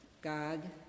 God